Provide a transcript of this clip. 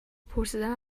پرسیدن